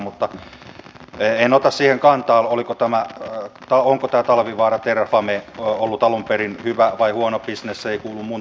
mutta en ota siihen kantaa onko tämä talvivaara terrafame ollut alun perin hyvä vai huono bisnes se ei kuulu minun toimenkuvaani